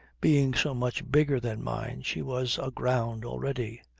being so much bigger than mine she was aground already.